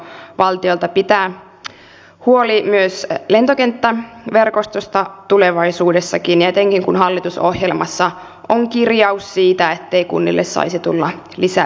minusta olisi ryhdikäs teko valtiolta pitää huoli myös lentokenttäverkostosta tulevaisuudessakin ja etenkin kun hallitusohjelmassa on kirjaus siitä ettei kunnille saisi tulla lisävelvoitteita